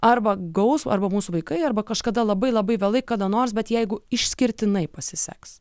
arba gaus arba mūsų vaikai arba kažkada labai labai vėlai kada nors bet jeigu išskirtinai pasiseks